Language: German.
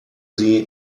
sie